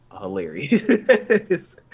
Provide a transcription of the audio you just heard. hilarious